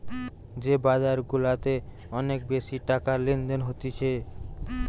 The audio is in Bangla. যে বাজার গুলাতে অনেক বেশি টাকার লেনদেন হতিছে